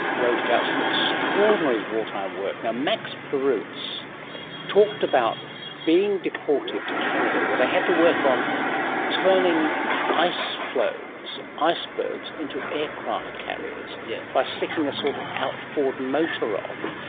wrote about some extraordinary wartime work. and um max perutz talked about being deported to canada where they had to work on turning ice floes, icebergs, into aircraft carriers yeah by sticking a sort of outboard motor on,